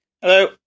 Hello